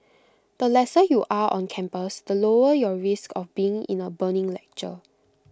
the lesser you'll are on campus the lower your risk of being in A burning lecture